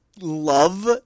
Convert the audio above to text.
love